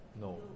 No